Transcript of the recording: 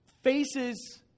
faces